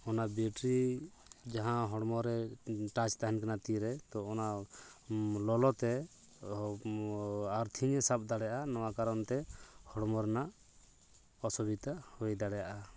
ᱚᱱᱟ ᱵᱮᱴᱨᱤ ᱡᱟᱦᱟᱸ ᱦᱚᱲᱢᱚ ᱨᱮ ᱴᱟᱪ ᱛᱟᱦᱮᱱ ᱠᱟᱱᱟ ᱛᱤᱨᱮ ᱛᱚ ᱚᱱᱟ ᱞᱚᱞᱚᱛᱮ ᱟᱨᱛᱷᱤᱝ ᱮ ᱥᱟᱵ ᱫᱟᱲᱮᱭᱟᱜᱼᱟ ᱱᱚᱣᱟ ᱠᱟᱨᱚᱱ ᱛᱮ ᱦᱚᱲᱢᱚ ᱨᱮᱱᱟᱜ ᱚᱥᱩᱵᱤᱫᱷᱟ ᱦᱩᱭ ᱫᱟᱲᱮᱭᱟᱜᱼᱟ